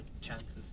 Chances